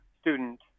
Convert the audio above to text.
student